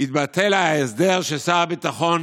יתבטל ההסדר ששר הביטחון